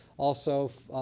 also,